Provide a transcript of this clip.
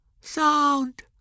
sound